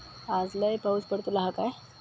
आज लय पाऊस पडतलो हा काय?